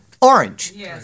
orange